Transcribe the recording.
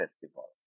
Festival